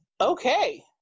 okay